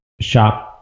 shop